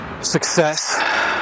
success